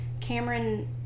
Cameron